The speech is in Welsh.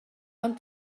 ond